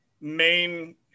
main